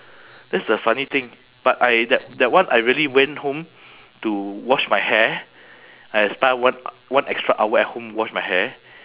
that's the funny thing but I that that one I really went home to wash my hair I spend one one extra hour at home wash my hair